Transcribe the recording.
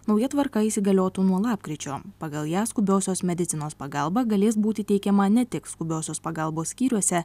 nauja tvarka įsigaliotų nuo lapkričio pagal ją skubiosios medicinos pagalba galės būti teikiama ne tik skubiosios pagalbos skyriuose